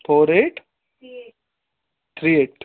four eight three eight